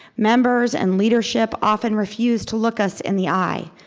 members and leadership often refuse to look us in the eye.